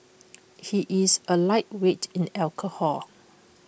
he is A lightweight in alcohol